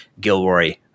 Gilroy